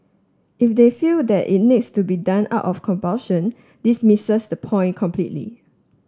if they feel that it needs to be done out of compulsion this misses the point completely